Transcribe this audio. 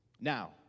Now